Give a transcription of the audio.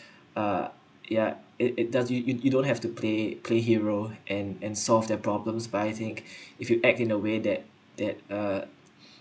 uh yeah it it does you you don't have to play play hero and and solve their problems by think if you act in a way that that uh